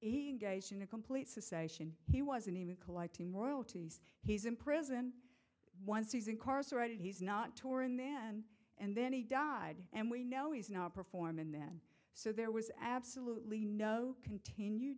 engaged in a complete cessation he wasn't even collecting royalties he's in prison once he's incarcerated he's not touring then and then he died and we know he's not perform and then so there was absolutely no continued